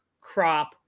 crop